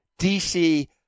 DC